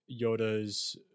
Yoda's